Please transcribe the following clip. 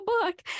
book